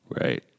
right